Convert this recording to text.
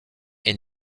est